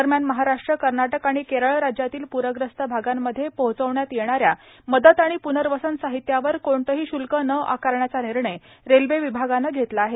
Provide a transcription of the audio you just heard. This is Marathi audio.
दरम्यान महाराष्ट्र कर्नाटक आणि केरळ राज्यातील प्रग्रस्त भागांमध्ये पोहोचविण्यात येणा या मदत आणि पुनर्वसन साहित्यावर कोणतंही श्ल्क न आकारण्याचा निर्णय रेल्वे विभागानं घेतला आहे